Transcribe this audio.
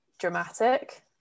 dramatic